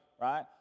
right